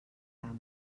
cames